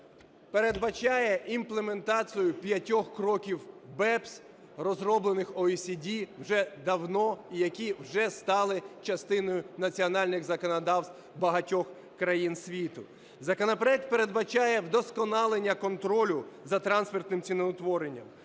передбачає імплементацію 5 кроків BEPS, розроблених OECD вже давно і які вже стали частиною національних законодавств багатьох країн світу. Законопроект передбачає вдосконалення контролю за транспортним ціноутворенням.